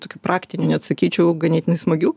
tokių praktinių net sakyčiau ganėtinai smagių